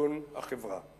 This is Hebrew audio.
תיקון החברה."